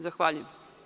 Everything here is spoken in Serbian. Zahvaljujem.